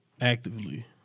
Actively